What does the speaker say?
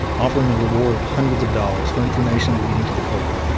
offering a reward of hundreds of dollars for information leading to the culprit.